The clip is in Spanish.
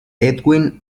edwin